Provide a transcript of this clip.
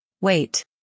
Wait